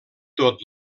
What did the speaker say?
tot